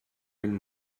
den